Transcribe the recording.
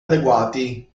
adeguati